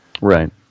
Right